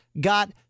got